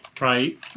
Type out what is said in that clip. Right